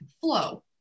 flow